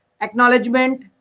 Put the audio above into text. Acknowledgement